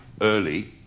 early